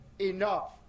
enough